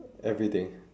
everything